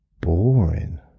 boring